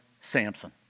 Samson